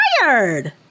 tired